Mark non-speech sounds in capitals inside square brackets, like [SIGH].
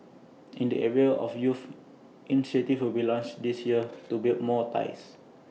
[NOISE] in the area of youth initiatives will be launched this year to build more ties